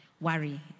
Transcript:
worry